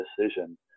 decision